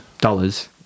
dollars